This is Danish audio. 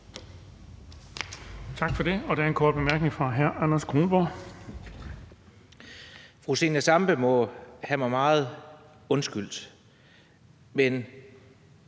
Tak for det. Der er en kort bemærkning fra hr. Anders Kronborg.